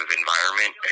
environment